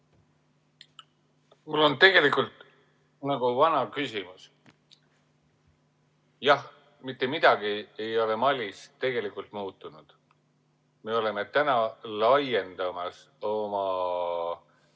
Mul on tegelikult nagu vana küsimus. Jah, mitte midagi ei ole Malis tegelikult muutunud. Me oleme täna laiendamas oma